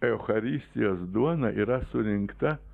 eucharistijos duona yra surinkta